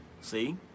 See